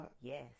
Yes